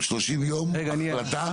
שלושים יום החלטה?